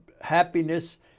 happiness